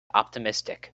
optimistic